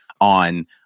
on